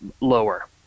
lower